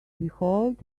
behold